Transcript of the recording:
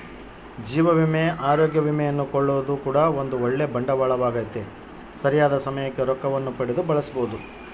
ಜೀವ ವಿಮೆ, ಅರೋಗ್ಯ ವಿಮೆಯನ್ನು ಕೊಳ್ಳೊದು ಕೂಡ ಒಂದು ಓಳ್ಳೆ ಬಂಡವಾಳವಾಗೆತೆ, ಸರಿಯಾದ ಸಮಯಕ್ಕೆ ರೊಕ್ಕವನ್ನು ಪಡೆದು ಬಳಸಬೊದು